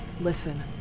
Listen